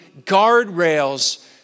guardrails